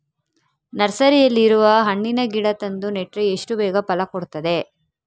ನರ್ಸರಿನಲ್ಲಿ ಇರುವ ಹಣ್ಣಿನ ಗಿಡ ತಂದು ನೆಟ್ರೆ ಎಷ್ಟು ಬೇಗ ಫಲ ಕೊಡ್ತದೆ